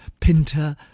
Pinter